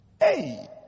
Hey